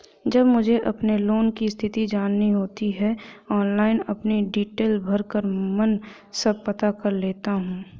जब मुझे अपने लोन की स्थिति जाननी होती है ऑनलाइन अपनी डिटेल भरकर मन सब पता कर लेता हूँ